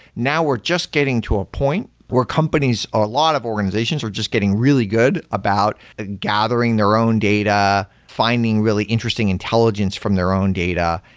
now we're just getting to a point where companies or a lot of organizations are just getting really good about gathering their own data, finding really interesting intelligence from their own data,